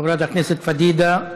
חברת הכנסת פדידה.